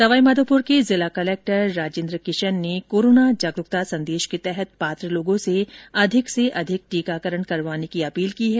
सवाई माधोपुर के जिला कलेक्टर राजेन्द्र किशन ने कोरोना जागरूकता संदेश के तहत पात्र लोगों से अधिक से अधिक टीकाकरण करवाने की अपील की है